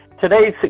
Today's